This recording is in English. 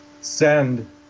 send